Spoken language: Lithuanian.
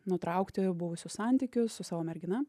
nutraukti buvusius santykius su savo mergina